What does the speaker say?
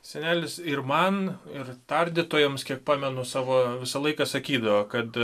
senelis ir man ir tardytojams kiek pamenu savo visą laiką sakydavo kad